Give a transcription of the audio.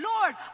Lord